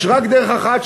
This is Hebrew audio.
יש רק דרך אחת,